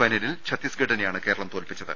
ഫൈനലിൽ ഛത്തീസ്ഗഢിനെ യാണ് കേരളം തോൽപ്പിച്ചത്